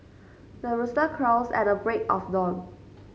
the rooster crows at the break of dawn